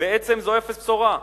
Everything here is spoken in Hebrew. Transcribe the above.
בעצם זה אפס בשורה.